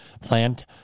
plant